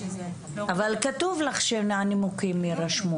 אבל כתוב לך שהנימוקים יירשמו.